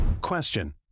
Question